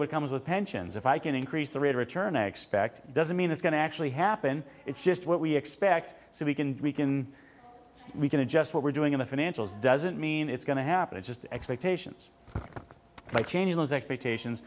with comes with pensions if i can increase the rate return expect doesn't mean it's going to actually happen it's just what we expect so we can we can we can adjust what we're doing in the financials doesn't mean it's going to happen it's just expectations might change those expectations